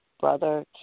Brother